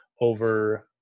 over